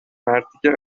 مرتیکه